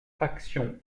faction